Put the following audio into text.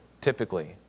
typically